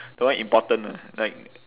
the one important lah like